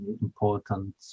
important